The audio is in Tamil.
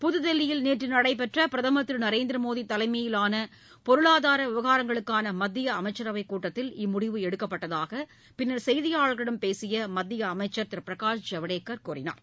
புதுதில்லியில் நேற்றுநடைபெற்றபிரதமர் திருநரேந்திரமோடிதலைமையிலானபொருளாதாரவிவகாரங்களுக்கானமத்தியஅமைச்சரவைக் கூட்டக்கில் இம்முடிவு எடுக்கப்பட்டதாகபின்னர் செய்தியாளர்களிடம் பேசியமத்தியஅமைச்சரதிருபிரகாஷ் ஜவ்டேகர் கூறினார்